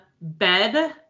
Bed